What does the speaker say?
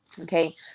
Okay